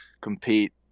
compete